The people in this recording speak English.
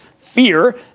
fear